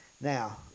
Now